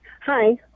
Hi